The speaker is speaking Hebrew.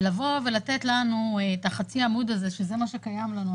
לבוא ולתת לנו את החצי עמוד הזה שזה מה שקיים לנו,